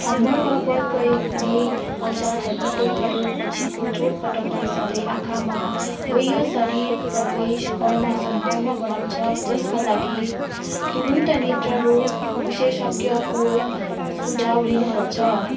हम्मर वा बल प्रयोग हुने औजारहरूको प्रयोग पछिको चोटपटकले सधैँ आँखामा वाह्य शरीर प्रवेश गर्ने सम्भावना बढाउँछ जसका लागि तुरुन्त नेत्र रोग विशेषज्ञको सुझाव लिनुपर्छ